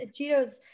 Cheetos